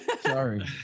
sorry